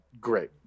Great